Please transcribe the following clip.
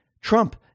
Trump